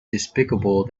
despicable